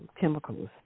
chemicals